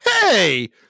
hey